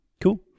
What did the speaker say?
Cool